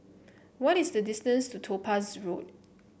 what is the distance to Topaz Road